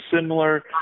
similar